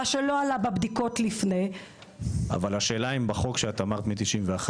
מה שלא עלה בבדיקות לפני --- אבל השאלה היא אם בחוק שאת אמרת מ-1991,